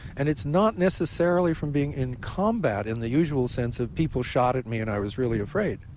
and it's not necessarily from being in combat in the usual sense of people shot at me and i was really afraid.